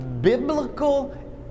biblical